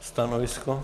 Stanovisko?